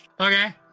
Okay